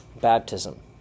baptism